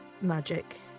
magic